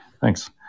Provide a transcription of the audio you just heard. Thanks